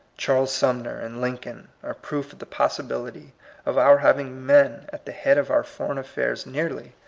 charles sumner, and lincoln are proof of the pos sibility of our having men at the head of our foreign affairs nearly,